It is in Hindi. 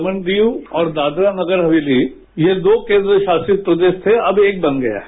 दमन दीव और दादरा नगर हवेली ये दो कॅद्रशासित प्रदेश थे अब एक बन गया है